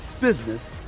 business